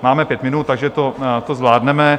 Máme pět minut, takže to zvládneme.